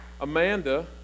Amanda